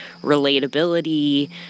Relatability